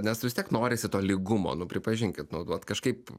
nes vis tiek norisi to lygumo nu pripažinkit nu vat kažkaip